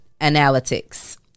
analytics